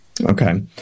Okay